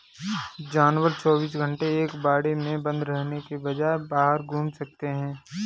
जानवर चौबीस घंटे एक बाड़े में बंद रहने के बजाय बाहर घूम सकते है